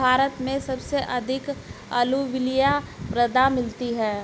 भारत में सबसे अधिक अलूवियल मृदा मिलती है